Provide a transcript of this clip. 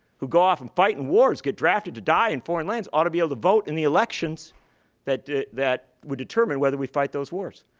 who go off and fight in wars, get drafted to die in foreign lands, ought to be able to vote in the elections that that would determine whether we fight those wars.